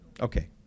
Okay